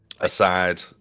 aside